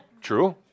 true